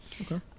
Okay